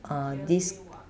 here say what